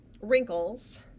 wrinkles